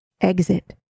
exit